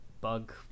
Bug